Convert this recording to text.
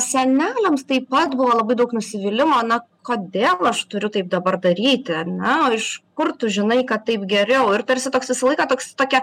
seneliams taip pat buvo labai daug nusivylimo na kodėl aš turiu taip dabar daryti na o iš kur tu žinai kad taip geriau ir tarsi toks visą laiką toks tokia